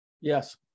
Yes